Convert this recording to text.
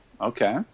okay